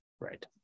Right